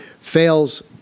fails